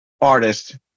artist